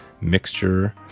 mixture